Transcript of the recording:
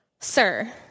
Sir